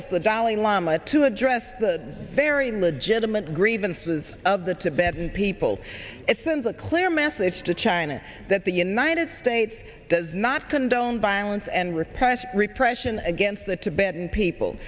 ss the dalai lama to address the very legitimate grievances of the tibetan people it sends a clear message to china that the united states does not condone violence and repression repression against the tibetan people